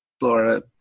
Laura